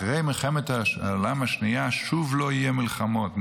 אחרי מלחמת העולם השנייה שוב לא יהיו מלחמות,